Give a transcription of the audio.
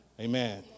Amen